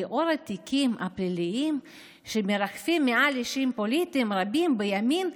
לאור התיקים הפליליים שמרחפים מעל לאישים פוליטיים רבים בימין,